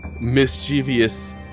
mischievous